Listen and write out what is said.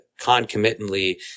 concomitantly